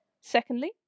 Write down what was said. Secondly